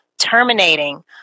terminating